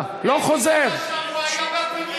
וכאשר ממשלות עושות צעדים אומללים,